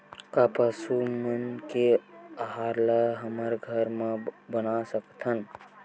का पशु मन के आहार ला हमन घर मा बना सकथन?